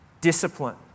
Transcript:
discipline